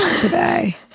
today